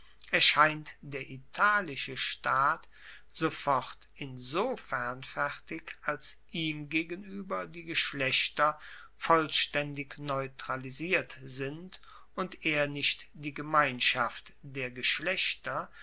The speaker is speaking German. erscheint der italische staat sofort insofern fertig als ihm gegenueber die geschlechter vollstaendig neutralisiert sind und er nicht die gemeinschaft der geschlechter